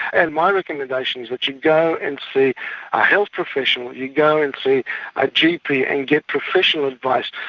and my recommendation is that you go and see a health professional, you go and see a gp and get professional advice.